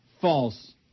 False